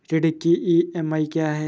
ऋण की ई.एम.आई क्या है?